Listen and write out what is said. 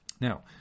now